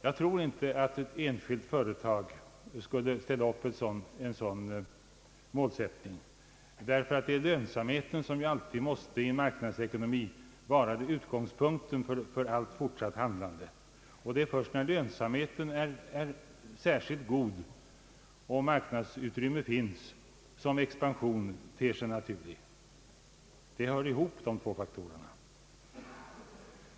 Jag tror inte att ett enskilt företag skulle ställa upp en sådan målsättning, därför att det är lönsamheten som alltid i en marknadsekonomi måste vara utgångspunkten för allt fortsatt handlande. Det är först när lönsamheten är särskilt god och marknadsutrymme finns som en expansion ter sig naturlig. Dessa två faktorer hör ihop.